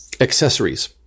accessories